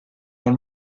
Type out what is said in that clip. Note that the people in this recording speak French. dans